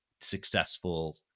successful